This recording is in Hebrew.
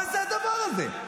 מה זה הדבר הזה?